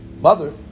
mother